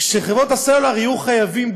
שחברות הסלולר יהיו חייבות,